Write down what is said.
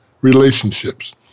Relationships